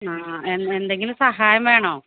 ആ എന്തെകിലും സഹായം വേണോ